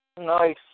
Nice